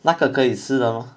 那个可以吃的吗